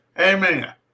Amen